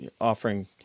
offering